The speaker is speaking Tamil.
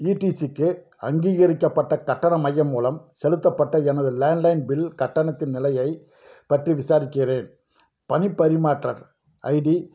ஈ டி சி க்கு அங்கீகரிக்கப்பட்ட கட்டண மையம் மூலம் செலுத்தப்பட்ட எனது லேண்ட்லைன் பில் கட்டணத்தின் நிலையைப் பற்றி விசாரிக்கிறேன் பணப் பரிமாற்ற ஐடி